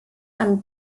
and